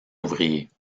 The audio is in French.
ouvriers